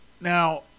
Now